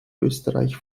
österreich